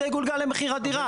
זה יגולגל למחיר הדירה.